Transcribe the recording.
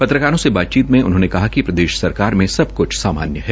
पत्रकारों से बातचीत करते हए उन्होंने कहा कि प्रदेश सरकार में सबकुछ सामान्य है